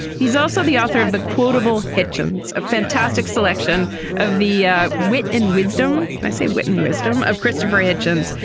he's also the author of the quotable hitchens a fantastic selection of the ah wit and wisdom. can i say wit and wisdom of christopher hitchens,